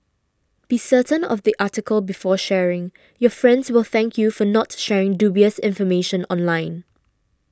be certain of the article before sharing your friends will thank you for not sharing dubious information online